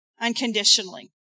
unconditionally